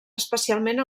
especialment